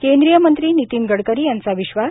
केंद्रीय मंत्री नीतीन गडकरी यांचा विश्वास